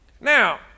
Now